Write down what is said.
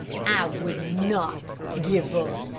i would not give up,